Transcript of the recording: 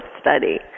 study